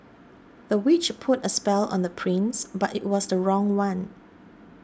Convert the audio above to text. the witch put a spell on the prince but it was the wrong one